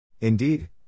Indeed